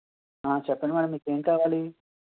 చెప్పండి మ్యాడమ్ మీకేం కావాలి